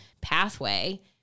pathway